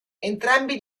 entrambi